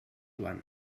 joan